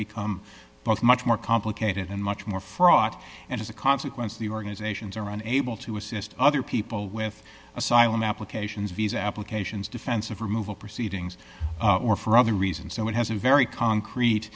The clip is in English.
become much more complicated and much more fraught and as a consequence the organizations are unable to assist other people with asylum applications visa applications defensive removal proceedings or for other reasons so it has a very concrete